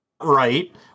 right